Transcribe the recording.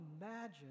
imagine